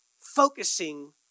focusing